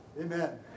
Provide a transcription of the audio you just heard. Amen